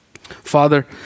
Father